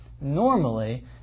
Normally